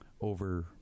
over